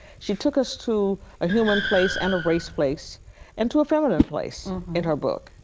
she took us to a human place and a race place and to a feminine place in her book.